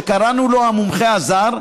שקראנו לו "המומחה הזר",